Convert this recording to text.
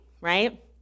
right